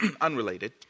unrelated